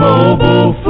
Mobile